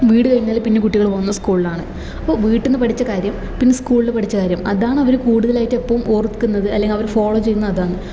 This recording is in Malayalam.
വീട് കഴിഞ്ഞാല് പിന്നെ കുട്ടികള് പോകുന്നത് സ്കൂളിലാണ് അപ്പോൾ വീട്ടിൽ നിന്ന് പഠിച്ച കാര്യം പിന്നെ സ്കൂളില് പഠിച്ച കാര്യം അതാണ് അവര് കൂടുതലായിട്ട് എപ്പോഴും ഓർക്കുന്നത് അല്ലെങ്കിൽ അവര് ഫോളോ ചെയ്യുന്നത് അതാണ്